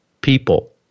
people